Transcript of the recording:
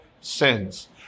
sins